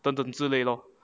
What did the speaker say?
等等之类 lor